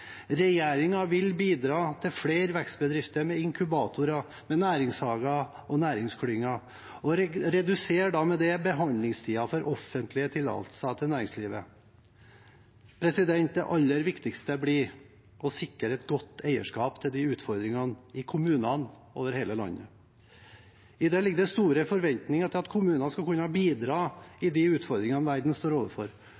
vil bidra til flere vekstbedrifter med inkubatorer, næringshager og næringsklynger og med det redusere behandlingstiden for offentlige tillatelser til næringslivet. Det aller viktigste blir å sikre et godt eierskap til utfordringene i kommunene over hele landet. Det ligger store forventninger til at kommunene skal kunne bidra